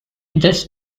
this